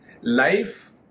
Life